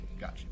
Gotcha